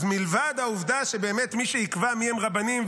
אז מלבד העובדה שבאמת מי שיקבע מיהם רבנים,